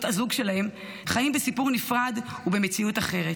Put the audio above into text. הזוג שלהם חיים בסיפור נפרד ובמציאות אחרת,